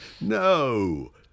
No